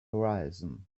horizon